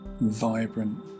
vibrant